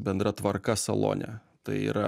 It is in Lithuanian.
bendra tvarka salone tai yra